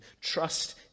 Trust